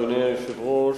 אדוני היושב-ראש,